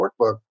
workbook